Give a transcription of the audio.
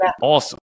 awesome